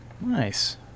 Nice